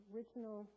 Original